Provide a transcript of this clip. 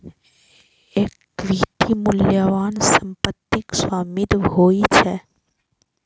equity मूल्यवान संपत्तिक स्वामित्व होइ छै